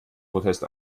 protest